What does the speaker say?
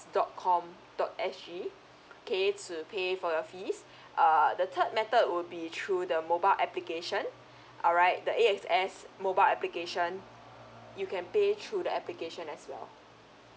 dot com dot S G okay to pay for your fees err the third method will be through the mobile application alright the A X S mobile application you can pay through the application as well